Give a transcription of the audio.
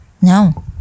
no